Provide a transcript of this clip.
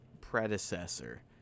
predecessor